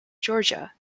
georgia